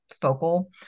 focal